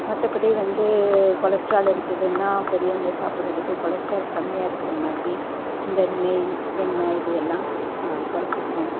மற்றபடி வந்து கொலஸ்ட்ரால் இருக்குதுன்னால் பெரியவங்க சாப்பிடறதுக்கு கொலஸ்ட்ரால் கம்மியாக இருக்கிற மாதிரி இந்த நெய் வெண்ணெய் இதையெல்லாம் குறைச்சிக்குவேன்